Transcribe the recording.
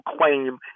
claim